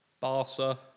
Barca